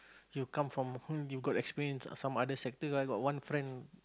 you come from you got experience some other sector I got one friend